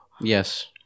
yes